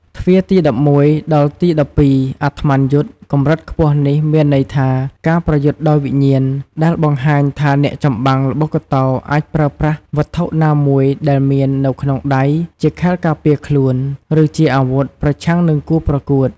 ទ្វារទី១១ ដល់ទី១២ អាត្ម័នយុទ្ធ កម្រិតខ្ពស់នេះ មានន័យថា ការប្រយុទ្ធដោយវិញ្ញាណ ដែលបង្ហាញថាអ្នកចម្បាំងល្បុក្កតោអាចប្រើប្រាស់ វត្ថុណាមួយដែលមាននៅក្នុងដៃជាខែលការពារខ្លួន ឬជាអាវុធ ប្រឆាំងនឹងគូប្រកួត។